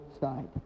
side